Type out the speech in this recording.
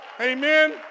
Amen